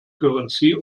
currency